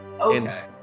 Okay